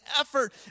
effort